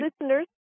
listeners